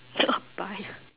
buy ah